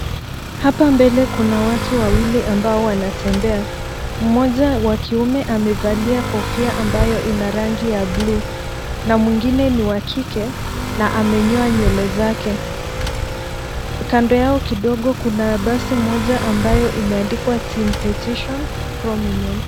Hapa mbele kuna watu wawili ambao wanatembea. Mmoja wa kiume amevalia kofia ambayo ina rangi ya bluu na mwingine ni wa kike na amenyoa nywele zake. Kando yao kidogo kuna basi moja ambayo imeandikwa Team petition prominent .